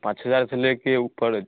पाँच हज़ार से ले कर ऊ पड़